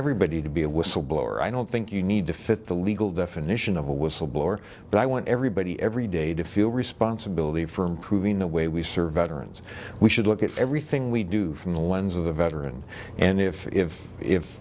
everybody to be a whistleblower i don't think you need to fit the legal definition of a whistleblower but i want everybody every day to feel responsibility for improving the way we serve veterans we should look at everything we do from the lens of the veteran and if if if